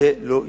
זה לא יהיה.